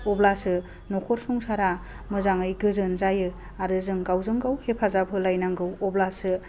अब्लासो न'खर संसारा मोजाङै गोजोन जायो आरो जों गावजों गाव हेफाजाब होलायनांगौ अब्लासो